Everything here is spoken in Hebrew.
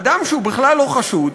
אדם שבכלל לא חשוד,